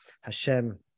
Hashem